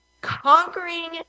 conquering